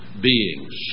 beings